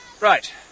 Right